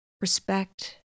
respect